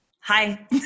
Hi